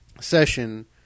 session